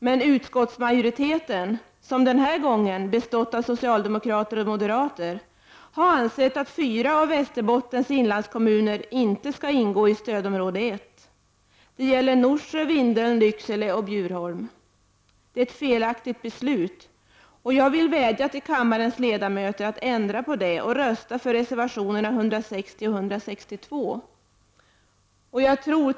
Men utskottsmajoriteten — som den här gången består av socialdemokrater och moderater — anser att fyra av Västerbottens inlandskommuner inte skall ingå i stödområde 1. Det gäller Norsjö, Vindeln, Lycksele och Bjurholm. Det är ett felaktigt beslut, och jag vill vädja till kammarens ledamöter att ändra på det och rösta för reservationerna 160 och 162.